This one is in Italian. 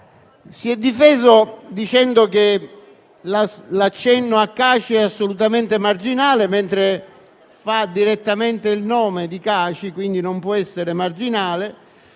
Si è difeso dicendo che l'accenno a Caci è assolutamente marginale, mentre fa direttamente il nome di Caci - quindi non può essere marginale